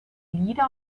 lieder